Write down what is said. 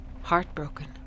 heartbroken